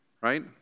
right